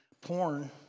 porn